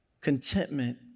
contentment